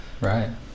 Right